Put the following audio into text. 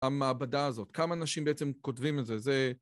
המעבדה הזאת, כמה אנשים בעצם כותבים את זה, זה...